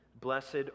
Blessed